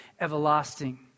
everlasting